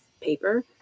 paper